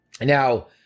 Now